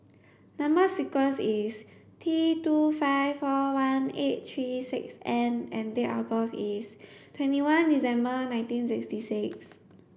number sequence is T two five four one eight three six N and date of birth is twenty one December nineteen sixty six